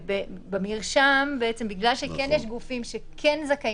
לעומת זאת בחוק המרשם הפלילי כן יש גופים שזכאים